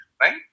right